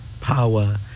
power